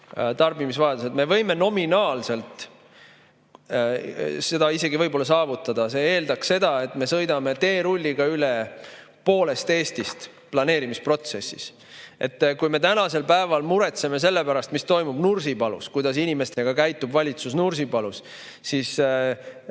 Me võime nominaalselt seda isegi võib-olla saavutada. See eeldaks seda, et me sõidame teerulliga üle poolest Eestist planeerimisprotsessis. Kui me tänasel päeval muretseme selle pärast, mis toimub Nursipalus, kuidas inimestega käitub valitsus Nursipalus, siis